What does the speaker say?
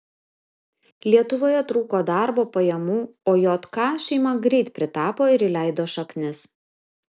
lietuvoje trūko darbo pajamų o jk šeima greit pritapo ir įleido šaknis